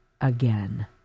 again